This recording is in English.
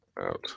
Out